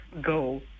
go